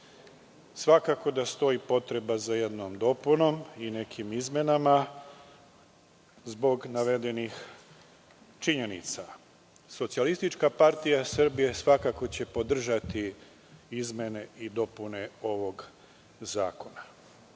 Svakako da stoji potreba za jednom dopunom i nekim izmenama, zbog navedenih činjenica. Socijalistička partija Srbije svakako će podržati izmene i dopune ovog zakona.U